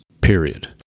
Period